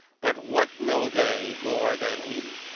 but what know they more than we?